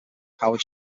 powered